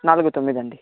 నాలుగు తొమ్మిదండి